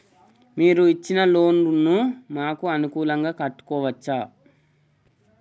మీరు ఇచ్చిన లోన్ ను మాకు అనుకూలంగా కట్టుకోవచ్చా?